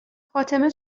فاطمه